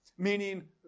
Meaning